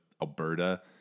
Alberta